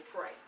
pray